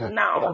now